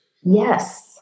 Yes